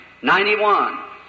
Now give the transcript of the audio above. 91